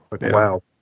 Wow